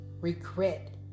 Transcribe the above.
regret